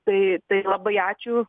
tai tai labai ačiū